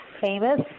famous